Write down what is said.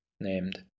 named